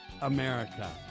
America